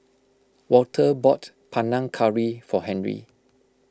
Walter bought Panang Curry for Henry